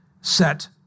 set